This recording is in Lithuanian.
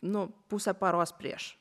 nu pusę paros prieš